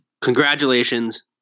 congratulations